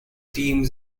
teams